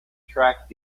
track